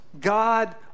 God